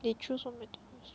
they choose